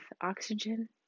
oxygen